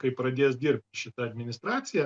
kai pradės dirbt šita administracija